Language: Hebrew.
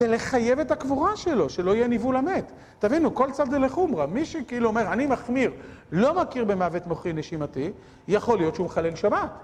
ולחייב את הקבורה שלו, שלא יהיה ניוול המת. תבינו, כל צד זה לחומרא, מי שכאילו אומר, אני מחמיר, לא מכיר במוות מוחי נשימתי, יכול להיות שהוא מחלל שבת.